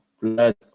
blood